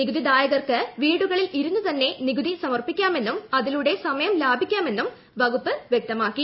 നികുതിദായകർക്ക് വീടുകളിൽ ഇരുന്നുതന്നെ നികുതി സമർപ്പിക്കാ മെന്നും അതിലൂടെ സമയം ലാഭിക്കാമെന്നും വകുപ്പ് വ്യക്തമാക്കി